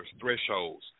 thresholds